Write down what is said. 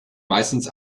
meistens